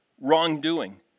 wrongdoing